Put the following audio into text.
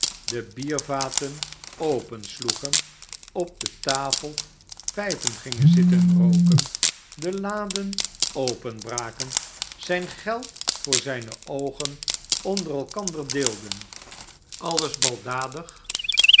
de biervaten opensloegen op de tafel pijpen gingen zitten rooken de laden openbraken zijn geld voor zijne oogen onder elkander deelden alles baldadig